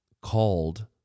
called